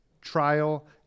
trial